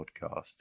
podcast